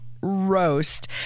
roast